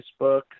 Facebook